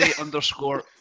underscore